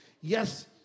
Yes